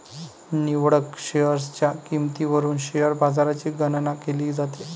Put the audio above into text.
निवडक शेअर्सच्या किंमतीवरून शेअर बाजाराची गणना केली जाते